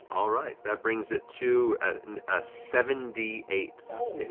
all right. that brings it to seven d eight